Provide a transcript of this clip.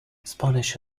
spanish